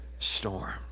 storm